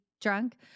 drunk